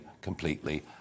completely